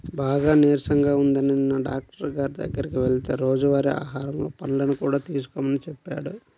బాగా నీరసంగా ఉందని నిన్న డాక్టరు గారి దగ్గరికి వెళ్తే రోజువారీ ఆహారంలో పండ్లను కూడా తీసుకోమని చెప్పాడు